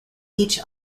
each